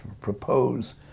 propose